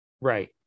Right